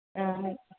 ആ